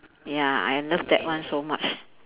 ya I love that one so much